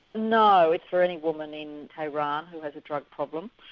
no, it's for any woman in tehran who has a drug problem.